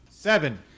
Seven